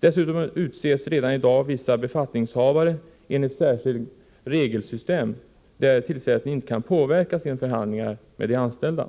Dessutom utses redan i dag vissa befattningshavare enligt särskilda regelsystem där tillsättningen inte kan påverkas genom förhandlingar med de anställda.